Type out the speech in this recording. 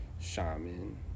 shaman